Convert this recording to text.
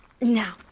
Now